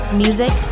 music